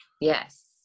Yes